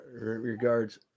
regards